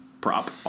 prop